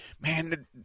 man